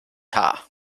haar